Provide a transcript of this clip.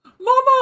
mama